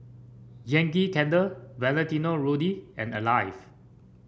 Yankee Candle Valentino Rudy and Alive